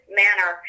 manner